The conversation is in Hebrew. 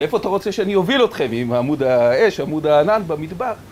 איפה אתה רוצה שאני אוביל אתכם עם עמוד האש, עמוד הענן במדבר?